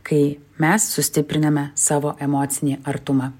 kai mes sustipriname savo emocinį artumą